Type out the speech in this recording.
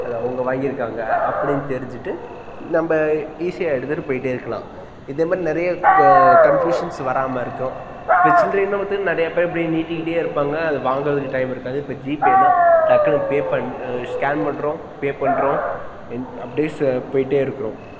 அது அவங்க வாங்கியிருக்காங்க அப்படின்னு தெரிஞ்சுட்டு நம்ம ஈஸியா் எடுத்துகிட்டு போய்கிட்டே இருக்கலாம் இது மாதிரி நிறையா க கன்ஃப்யூஷன்ஸ் வராமல் இருக்கும் இப்போ சில்லறைன்னு பார்த்தா நிறையா பேர் அப்படியே நீட்டிகிட்டே இருப்பாங்க அதை வாங்கிறதுக்கு டைம் இருக்காது இப்போ ஜிபேனால் டக்குனு பே பண் ஸ்கேன் பண்ணுறோம் பே பண்ணுறோம் இத் அப்படியேஸ் போய்கிட்டே இருக்கிறோம்